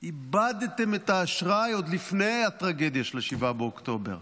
איבדתם את האשראי עוד לפני הטרגדיה של 7 באוקטובר,